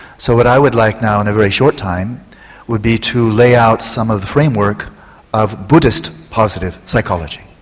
so what i would like now in a very short time would be to lay out some of the framework of buddhist positive psychology.